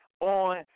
on